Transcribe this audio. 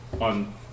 on